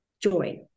joy